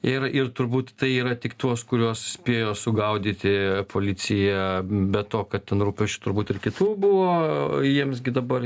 ir ir turbūt tai yra tik tuos kuriuos spėjo sugaudyti policija be to kad ten rūpesčių turbūt ir kitų buvo jiems gi dabar